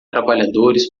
trabalhadores